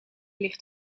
ligt